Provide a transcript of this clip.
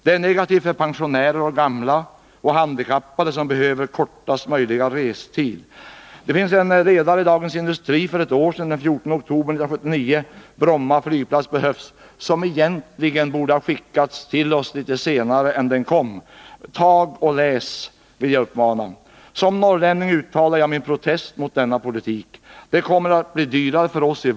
De är också negativa gentemot pensionärer och gamla samt handikappade som behöver kortast möjliga restid. I en ledare den 14 oktober 1979 i Dagens Industri lyder rubriken: ”Bromma flygplats behövs.” Artikeln borde egentligen ha tillsänts oss litet senare än som blev fallet. Läs den! Som norrlänning uttalar jag min protest mot denna politik. Utan Bromma flygfält blir resorna dyrare för vår landsända.